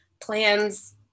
plans